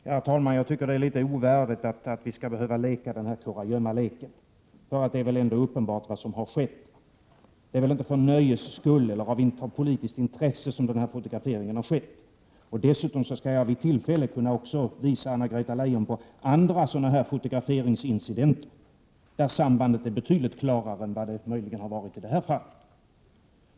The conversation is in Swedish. Herr talman! Jag tycker att det är litet ovärdigt att vi skall behöva leka kurragömma på detta sätt. Det är väl ändå uppenbart vad som har skett. Den fotografering vi talar om har inte skett för nöjes skull eller av politiskt intresse. Jag kan vid tillfälle visa Anna-Greta Leijon på andra fotograferingsincidenter, där sambandet är betydligt klarare än det möjligen har varit i detta fall.